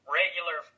regular